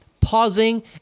pausing